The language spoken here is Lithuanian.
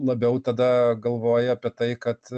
labiau tada galvoji apie tai kad